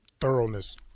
Thoroughness